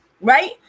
Right